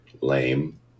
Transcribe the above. lame